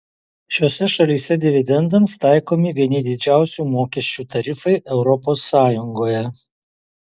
šiose šalyse dividendams taikomi vieni didžiausių mokesčių tarifai europos sąjungoje